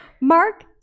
Mark